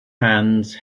hands